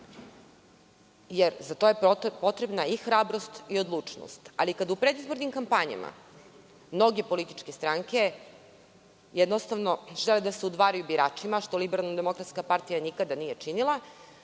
Za to je potrebna i hrabrost i odlučnost. Kada u predizbornim kampanjama mnoge političke stranke jednostavno žele da se udvaraju biračima, što LDP nikada nije činila,